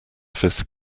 fifth